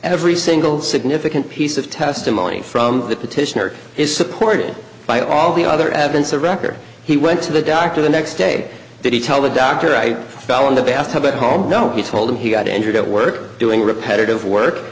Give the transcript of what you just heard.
every single significant piece of testimony from the petitioner is supported by all the other evidence the record he went to the doctor the next day did he tell the doctor i fell in the bathtub at home know he told him he got injured at work doing repetitive work